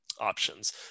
options